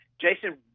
Jason